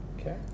Okay